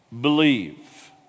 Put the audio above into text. believe